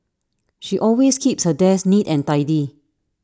she always keeps her desk neat and tidy